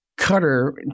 Cutter